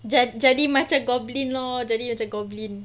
jadi macam goblin lor jadi macam goblin